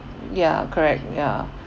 ya correct ya